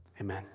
Amen